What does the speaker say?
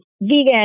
vegan